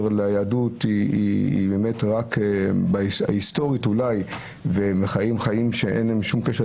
ליהדות היא היסטורית אולי וחיים חיים שאין להם שום קשר,